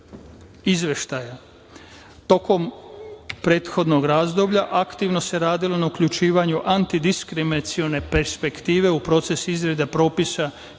prethodnog razdoblja aktivno se radilo na uključivanju antidiskriminacione perspektive u procesu izrade propisa